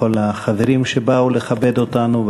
לכל החברים שבאו לכבד אותנו,